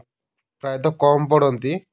ପ୍ରାୟତଃ କମ୍ ପଡ଼ନ୍ତି